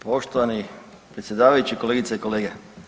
Poštovani predsjedavajući, kolegice i kolege.